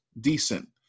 decent